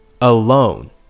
alone